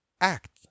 Act